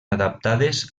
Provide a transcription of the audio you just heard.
adaptades